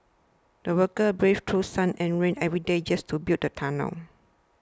the workers braved through sun and rain every day just to build the tunnel